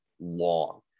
long